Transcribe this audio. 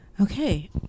okay